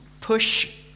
push